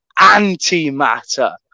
antimatter